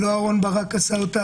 לא אהרון ברק עשה אותה,